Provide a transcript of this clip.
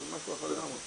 זה כבר משהו אחר לגמרי.